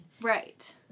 Right